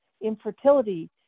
Infertility